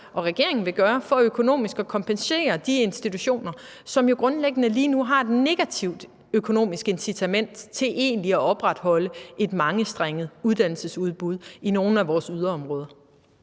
egentlig vil gøre for økonomisk at kompensere de institutioner, som jo grundlæggende lige nu har et negativt økonomisk incitament til egentlig at opretholde et mangestrenget uddannelsesudbud i nogle af vores yderområder.